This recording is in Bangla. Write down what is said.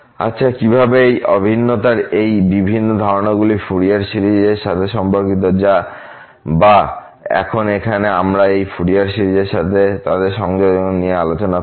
আচ্ছা কিভাবে অভিন্নতার এই বিভিন্ন ধারণাগুলি ফুরিয়ার সিরিজের সাথে সম্পর্কিত বা এখন এখানে আমরা ফুরিয়ার সিরিজের সাথে তাদের সংযোগ নিয়ে আলোচনা করব